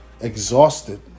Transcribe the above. exhausted